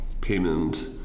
payment